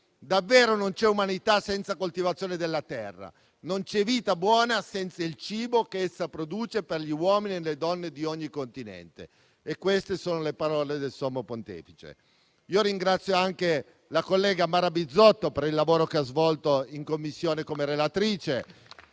Davvero non c'è umanità senza coltivazione della terra; non c'è vita buona senza il cibo che essa produce per gli uomini e le donne di ogni continente. Queste sono le parole del Sommo Pontefice. Ringrazio anche la collega Mara Bizzotto, per il lavoro in Commissione come relatrice,